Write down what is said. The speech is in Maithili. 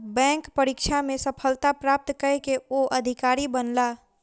बैंक परीक्षा में सफलता प्राप्त कय के ओ अधिकारी बनला